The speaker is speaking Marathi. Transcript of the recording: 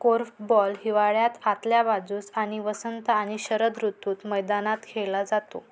कोर्फबॉल हिवाळ्यात आतल्या बाजूस आणि वसंत आणि शरद ऋतूत मैदानात खेळला जातो